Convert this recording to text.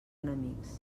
enemics